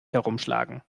herumschlagen